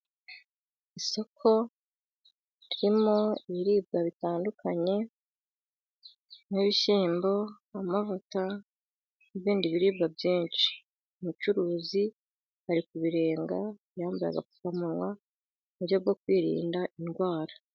Isoko ririmo ibiribwa bitandukanye nk'ibishyimbo, amavuta n'ibindi biribwa byinshi. Umucuruzi ari kubirenga yambaye agapfukamunwa, mu buryo bwo kwirinda indwara.